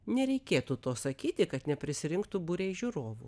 nereikėtų to sakyti kad neprisirinktų būriai žiūrovų